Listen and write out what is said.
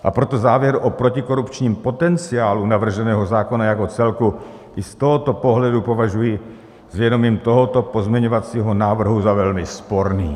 A proto závěr o protikorupčním potenciálu navrženého zákona jako celku i z tohoto pohledu považuji s vědomím tohoto pozměňovacího návrhu za velmi sporný.